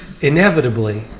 Inevitably